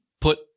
put